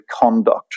conduct